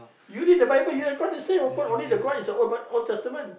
you read the bible you of course you say open only the god is the old b~ old testament